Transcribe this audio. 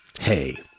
hey